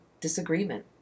disagreement